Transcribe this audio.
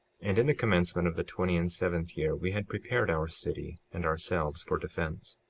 and in the commencement of the twenty and seventh year we had prepared our city and ourselves for defence.